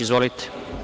Izvolite.